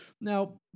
Now